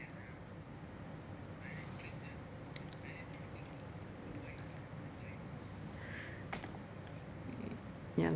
ya